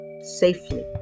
safely